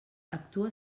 actua